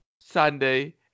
Sunday